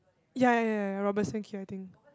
ya ya ya ya Robertson-Quay I think